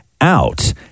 out